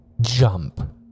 jump